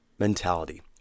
Mentality